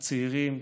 הצעירים,